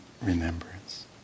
remembrance